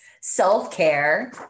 self-care